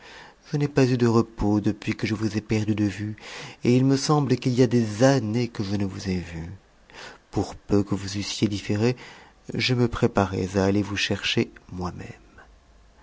je n'ai pas eu de repos depuis queje'vous ai perdu de vue et il me semble qu'il y a des années que je ne vous ai vu pour peu que vous eussiez diuéré je me préparais à aller vous chercher moi-même